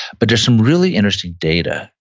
but there's some really interesting data,